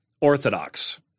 Orthodox